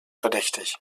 verdächtig